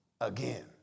again